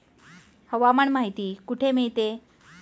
हवामान माहिती कुठे मिळते?